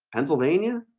pennsylvania